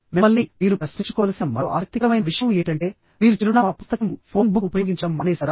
మిమ్మల్ని మీరు ప్రశ్నించుకోవలసిన మరో ఆసక్తికరమైన విషయం ఏమిటంటే మీరు చిరునామా పుస్తకం ఫోన్ బుక్ ఉపయోగించడం మానేశారా